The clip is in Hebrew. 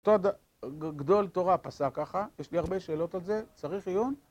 גדול תורה פסק ככה, יש לי הרבה שאלות על זה, צריך עיון?